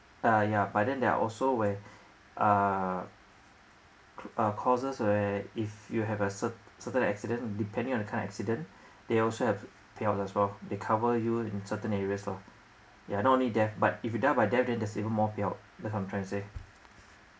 uh yeah but then there are also where uh uh courses where if you have a cer~ certain accident depending on the car accident they also have payouts as well they cover you in certain areas lor yeah not only death but if you die by death then there's even more payout that's what I'm trying to say